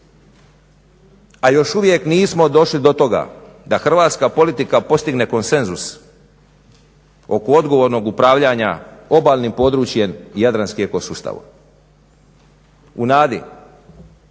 a još uvijek nismo došli do toga da hrvatska politika postigne konsenzus oko odgovornog upravljanja obalnim područjem jadranskim ekosustavom. U nadi